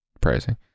pricing